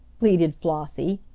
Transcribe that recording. pleaded flossie.